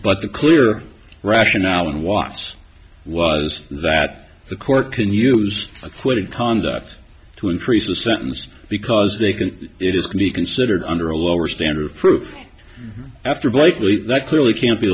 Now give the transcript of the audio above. but the clear rationale unwatched was that the court can use a quick conduct to increase the sentence because they can it is can be considered under a lower standard of proof after boy that clearly can't be